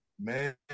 Man